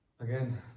again